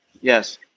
Yes